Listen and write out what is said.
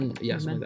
Yes